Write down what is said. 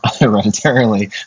hereditarily